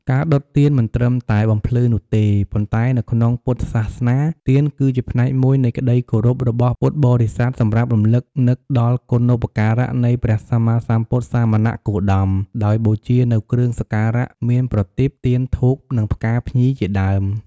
ការដុតទៀនមិនត្រឹមតែបំភ្លឺនោះទេ ប៉ុន្តែនៅក្នុងពុទ្ធសាសនា ទៀនគឺជាផ្នែកមួយនៃក្តីគោរពរបស់ពុទ្ធបរិស័ទសម្រាប់រំលឹកនឹកដល់គុណូបការៈ នៃព្រះសម្មាសម្ពុទ្ធសមណគោតម ដោយបូជានូវគ្រឿងសក្ការៈ មានប្រទីប ទៀន ធូប និងផ្កាភ្ញីជាដើម។